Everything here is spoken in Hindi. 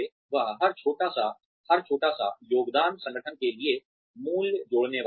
वह हर छोटा सा हर छोटा सा योगदान संगठन के लिए मूल्य जोड़ने वाला है